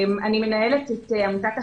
אני מנהלת את עמותת אחינועם,